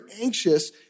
anxious